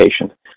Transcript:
patient